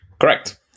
Correct